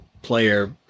player